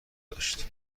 داشت